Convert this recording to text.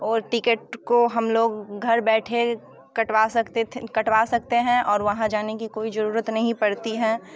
और टिकट को हम लोग घर बैठे कटवा सकते थे कटवा सकते हैं और वहाँ जाने की कोई जरूरत नहीं पड़ती है